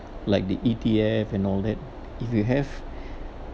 like the E_T_F and all that if you have